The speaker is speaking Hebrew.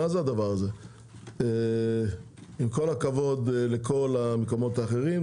עם כל הכבוד לכל המקומות האחרים,